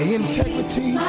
integrity